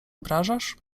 obrażasz